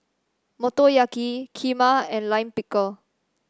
Motoyaki Kheema and Lime Pickle